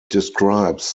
describes